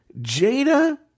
Jada